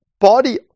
body